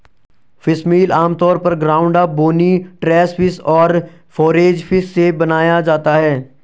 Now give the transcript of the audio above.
fishmeal आमतौर पर ground up, bony trash fish और फोरेज फिश से बनाया जाता है